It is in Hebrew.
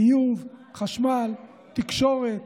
ביוב, חשמל, תקשורת,